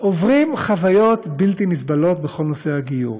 עוברים חוויות בלתי נסבלות בכל נושא הגיור.